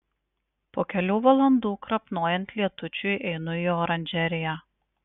po kelių valandų krapnojant lietučiui einu į oranžeriją